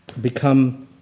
become